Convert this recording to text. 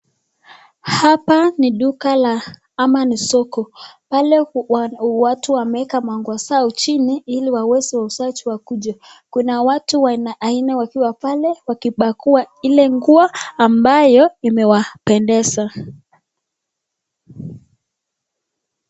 Hapa ni duka la ama ni soko pale watu wameeka manguo zao chini ili wauzaji waweze wakuje kuna watu aina aina wakiwa pale wakipakuwa ile nguo ambayo imewapendeza.